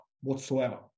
whatsoever